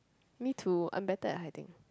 me too I'm better at hiding